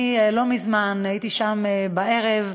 אני לא מזמן הייתי שם בערב,